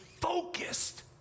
focused